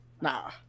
nah